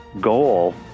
goal